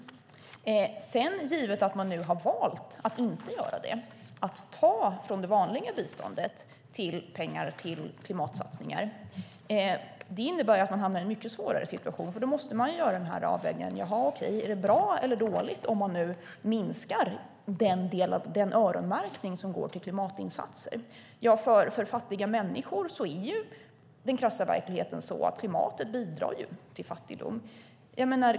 Att ta pengar av det vanliga biståndet till klimatsatsningar, givet att man nu har valt att göra det, innebär att man hamnar i en mycket svårare situation. Om man minskar den öronmärkning som går till klimatinsatser måste man nämligen göra avvägningen om det är bra eller dåligt. För fattiga människor är ju den krassa verkligheten så att klimatet bidrar till fattigdom.